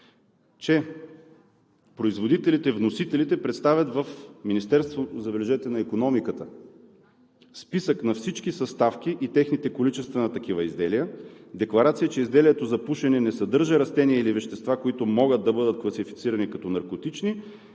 че производителите, вносителите представят, забележете, в Министерството на икономиката, списък на всички съставки и техните количества на такива изделия, декларация, че изделието за пушене не съдържа растение или вещества, които могат да бъдат класифицирани като наркотични